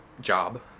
job